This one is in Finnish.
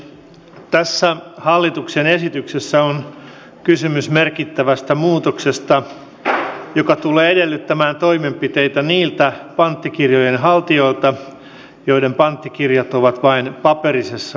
tässä hallituksen esityksessä on kysymys merkittävästä muutoksesta joka tulee edellyttämään toimenpiteitä niiltä panttikirjojen haltijoilta joiden panttikirjat ovat vain paperisessa muodossa